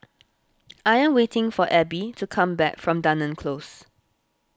I am waiting for Abbey to come back from Dunearn Close